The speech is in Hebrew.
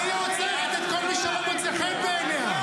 והיא עוצרת את כל מי שלא מוצא חן בעיניה.